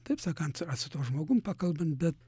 taip sakant ar su tuo žmogumi pakalbant bet